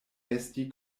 esti